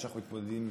שאנחנו פועלים איתם,